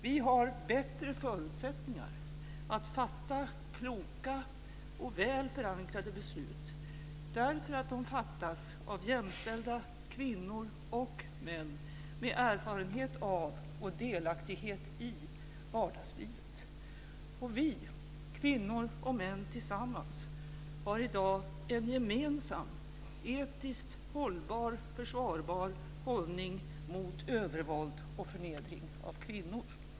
Vi har bättre förutsättningar att fatta kloka och väl förankrade beslut, därför att de fattas av jämställda kvinnor och män med erfarenhet av och delaktighet i vardagslivet. Och vi, kvinnor och män tillsammans, har i dag en gemensam, etiskt försvarbar hållning mot övervåld och förnedring av kvinnor.